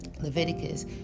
Leviticus